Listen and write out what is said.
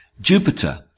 Jupiter